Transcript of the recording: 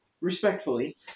respectfully